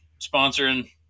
sponsoring